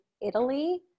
italy